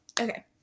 Okay